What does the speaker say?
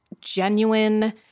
genuine